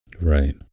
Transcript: Right